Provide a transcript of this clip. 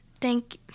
thank